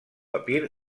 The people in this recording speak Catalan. papir